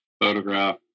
photograph